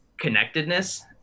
connectedness